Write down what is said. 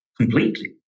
completely